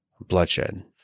bloodshed